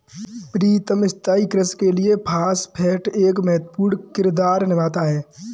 प्रीतम स्थाई कृषि के लिए फास्फेट एक महत्वपूर्ण किरदार निभाता है